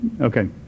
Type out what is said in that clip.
Okay